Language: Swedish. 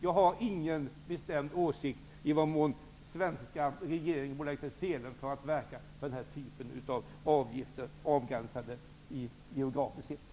Jag har ingen bestämd åsikt i vad mån den svenska regeringen borde lägga sig i selen för att verka för den här typen av avgifter, som kan vara geografiskt avgränsade.